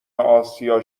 اسیا